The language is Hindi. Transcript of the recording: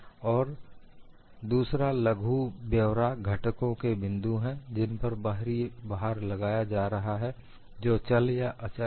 और दूसरा लघु ब्यौरा घटकों के बिंदु हैं जिन पर बाहरी भार लगाया गया है जो चल या अचल है